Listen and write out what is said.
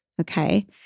okay